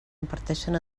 imparteixen